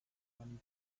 running